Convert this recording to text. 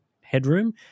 headroom